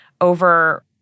over